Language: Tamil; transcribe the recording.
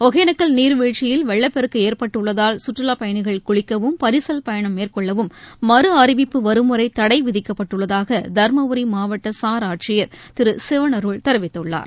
ஒகேனக்கல் நீர்வீழ்ச்சியில் வெள்ளப்பெருக்குஏற்பட்டுள்ளதால் சுற்றுலாப்பயணிகள் குளிக்கவும் பரிசல் பயணம் மேற்கொள்ளவும் மறு அறிவிப்பு வரும் வரைதடைவிதிக்கப்பட்டுள்ளதாகதருமபுரி மாவட்டசார் ஆட்சியர் திருசிவனருள் தெரிவித்துள்ளார்